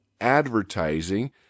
advertising